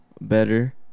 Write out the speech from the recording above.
Better